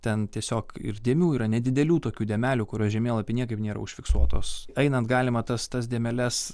ten tiesiog ir dėmių yra nedidelių tokių dėmelių kurios žemėlapy niekaip nėra užfiksuotos einant galima tas tas dėmeles